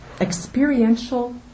experiential